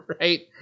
Right